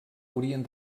haurien